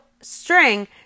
string